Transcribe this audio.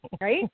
right